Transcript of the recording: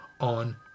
on